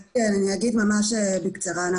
כן, אני אגיד ממש בקצרה.